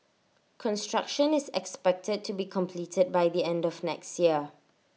construction is expected to be completed by the end of next year